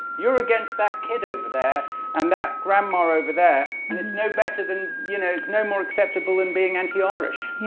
you're against that kid over there and that grandma over there, and it's no better than you know it's no more acceptable than being anti-irish.